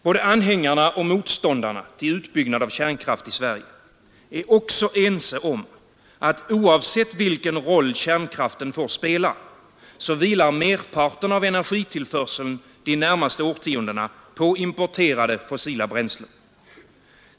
Både anhängarna och motståndarna till utbyggnad av kärnkraft i Sverige är också ense om att oavsett vilken roll kärnkraften får spela, vilar merparten av energitillförseln de närmaste årtiondena på importerade, fossila bränslen.